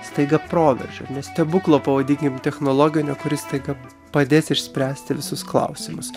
staiga proveržio stebuklo pavadinkim technologinio kuris staiga padės išspręsti visus klausimus